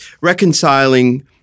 reconciling